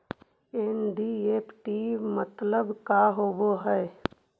NEFT मतलब का होब हई?